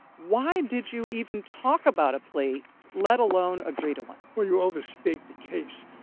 why did you even talk about a plea let alone agree to one? well, you overstate the case.